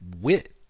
wit